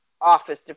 Office